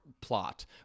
plot